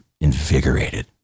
invigorated